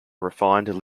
refined